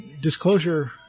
disclosure